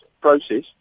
process